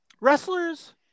wrestlers